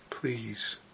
please